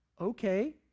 okay